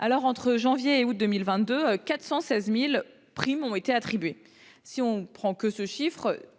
Entre janvier et août 2022, 416 000 primes ont été attribuées. Si l'on ne tient compte